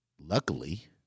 luckily